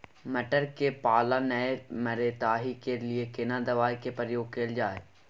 मटर में पाला नैय मरे ताहि के लिए केना दवाई के प्रयोग कैल जाए?